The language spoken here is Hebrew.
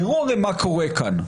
הרי תראו מה קורה כאן.